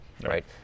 right